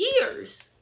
Years